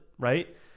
Right